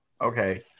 Okay